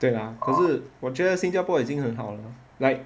对啦可是我觉得新加坡已经很好了 like